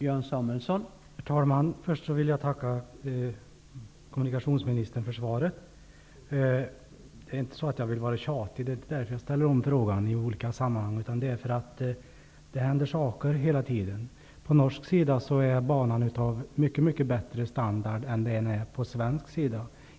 Herr talman! Först vill jag tacka kommunikationsministern för svaret. Det är inte ett behov av att vara tjatig som gör att jag ställer om denna fråga i olika sammanhang, utan det är därför att det hela tiden händer saker. På norsk sida är banan av mycket högre standard än på svensk sida.